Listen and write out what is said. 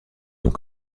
donc